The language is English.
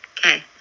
Okay